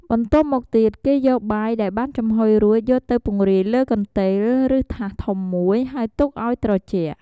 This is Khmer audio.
បន្ទាប់មកទៀតគេយកបាយដែលបានចំហុយរួចយកទៅពង្រាយលើកន្ទេលឬថាសធំមួយ ហើយទុកឲ្យត្រជាក់។